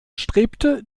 strebte